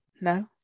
No